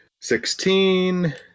Sixteen